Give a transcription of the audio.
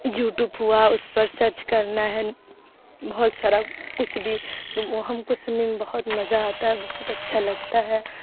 YouTube ہوا اس پر سرچ کرنا ہے بہت سارا کچھ بھی تو وہ ہم کو سننے میں بہت مزہ آتا ہے بہت اچھا لگتا ہے